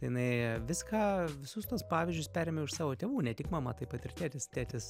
jinai viską visus tuos pavyzdžius perėmiau iš savo tėvų ne tik mama taip pat ir tėtis tėtis